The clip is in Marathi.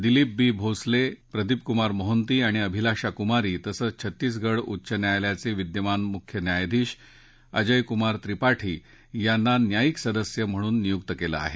दिलीप बी भोसले प्रदीप कुमार मोहंती आणि अभिलाषा कुमारी तसंच छत्तीसगढ उच्च न्यायालयाचे विद्यमान मुख्य न्यायाधीश अजय कुमार त्रिपाठी यांना न्यायिक सदस्य म्हणून नियुक्त केलं आहे